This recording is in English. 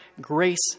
grace